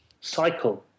cycle